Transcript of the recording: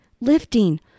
lifting